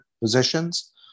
positions